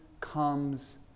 comes